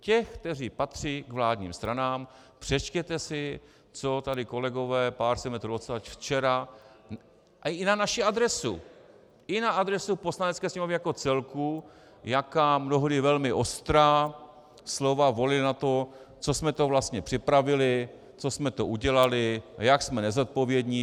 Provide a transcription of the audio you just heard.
Těch, kteří patří k vládním stranám, přečtěte si, co tady kolegové, pár set metrů odsud, včera i na naši adresu, i na adresu Poslanecké sněmovny jako celku, jaká mnohdy velmi ostrá slova volili na to, co jsme to vlastně připravili, co jsme to udělali a jak jsme nezodpovědní.